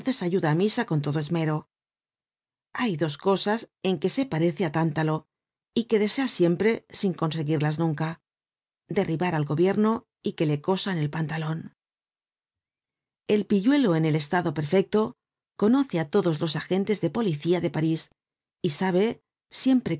ayuda á misa con todo esmero hay dos cosas en que se parece átántalo y que desea siempre sin conseguirlas nunca derribar al gobierno y que le cosan el pantalon el pilluelo en el estado perfecto conoce á todos los agentes de policía de parís y sabe siempre